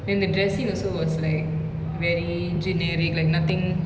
and the dressing also was like very generic like nothing